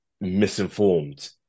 misinformed